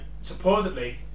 supposedly